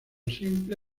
simple